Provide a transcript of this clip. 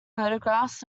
photographs